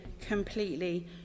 completely